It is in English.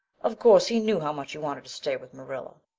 of course he knew how much you wanted to stay with marilla,